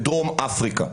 בדרום אפריקה,